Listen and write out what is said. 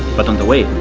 but on the way,